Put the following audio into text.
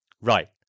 Right